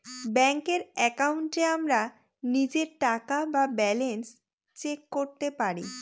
ব্যাঙ্কের একাউন্টে আমরা নিজের টাকা বা ব্যালান্স চেক করতে পারি